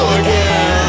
again